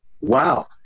wow